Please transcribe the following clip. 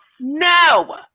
No